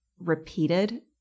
repeated